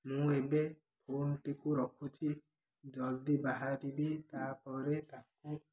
ମୁଁ ଏବେ ଫୋନଟିକୁ ରଖୁଛିି ଜଲ୍ଦି ବାହାରିବି ତା'ପରେ ତାକୁ